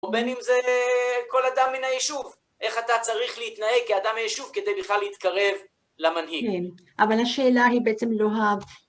או בין אם זה כל אדם מן היישוב, איך אתה צריך להתנהג כאדם מהיישוב כדי בכלל להתקרב למנהיג. אבל השאלה היא בעצם לא ה...